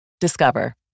Discover